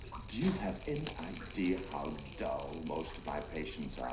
do you have any idea how dull most of my patients are?